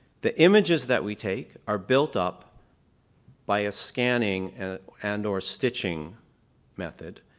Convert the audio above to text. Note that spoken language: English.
the images that we take are built up by a scanning and or stitching method,